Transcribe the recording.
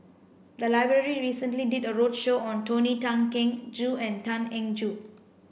the library recently did a roadshow on Tony Tan Keng Joo and Tan Eng Joo